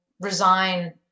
resign